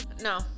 No